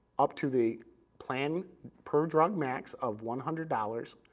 up to the plan per drug max of one hundred dollars,